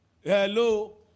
Hello